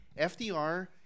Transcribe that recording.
FDR